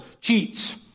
cheats